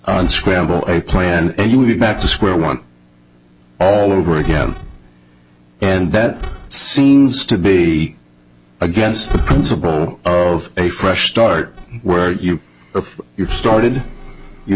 unscramble a plan and you would be back to square one all over again and that seems to be against the principle of a fresh start where you if you've started you